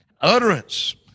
utterance